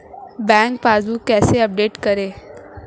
Bank passbook कैसे update करें?